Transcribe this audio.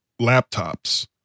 laptops